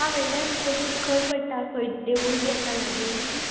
आं म्हळ्ळ्यात अशें खंय पडटा खंय देवूळ बी आसा लागीं